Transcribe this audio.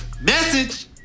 Message